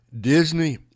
Disney